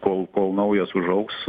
kol kol naujas užaugs